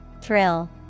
Thrill